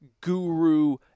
guru